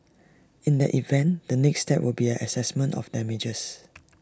in that event the next step will be the Assessment of damages